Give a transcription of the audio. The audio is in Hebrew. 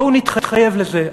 בואו נתחייב לזה,